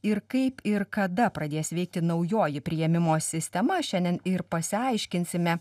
ir kaip ir kada pradės veikti naujoji priėmimo sistema šiandien ir pasiaiškinsime